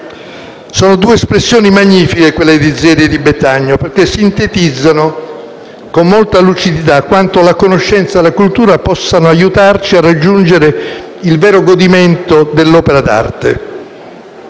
sono due espressioni magnifiche, perché sintetizzano con molta lucidità quanto la conoscenza e la cultura possano aiutarci a raggiungere il vero godimento dell'opera d'arte.